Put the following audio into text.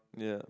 yeah